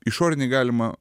išorinį galima